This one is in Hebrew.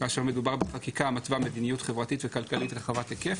כאשר מדובר בחקיקה המתווה מדיניות חברתית וכלכלית רחבת היקף,